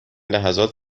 لحظات